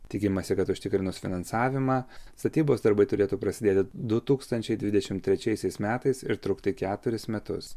tikimasi kad užtikrinus finansavimą statybos darbai turėtų prasidėti du tūkstančiai dvidešimt trečiaisiais metais ir trukti keturis metus